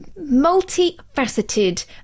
multifaceted